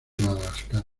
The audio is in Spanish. madagascar